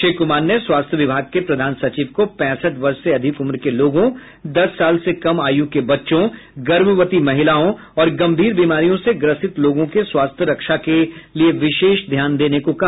श्री कुमार ने स्वास्थ्य विभाग के प्रधान सचिव को पैंसठ वर्ष से अधिक उम्र के लोगों दस साल से कम आयु के बच्चों गर्भवती महिलाओं और गम्भीर बीमारियों से ग्रसित लोगों के स्वास्थ्य रक्षा के लिए विशेष ध्यान देने को कहा